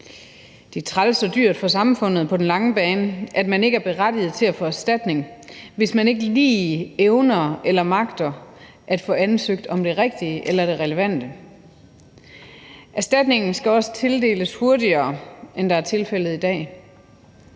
Det er træls og dyrt for samfundet på den lange bane, at man ikke er berettiget til at få erstatning, hvis man ikke lige evner eller magter at få ansøgt om det rigtige eller det relevante. Erstatningen skal også tildeles hurtigere, end hvad der er tilfældet i dag.